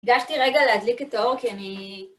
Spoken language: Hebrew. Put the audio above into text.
ניגשתי רגע להדליק איתו, כי אני...